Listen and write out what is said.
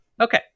Okay